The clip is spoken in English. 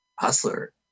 Hustler